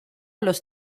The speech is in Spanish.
los